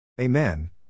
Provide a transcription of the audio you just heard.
Amen